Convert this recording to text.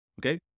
Okay